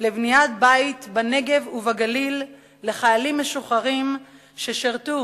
לבניית בית בנגב ובגליל לחיילים משוחררים ששירתו